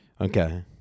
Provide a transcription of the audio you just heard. Okay